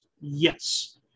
yes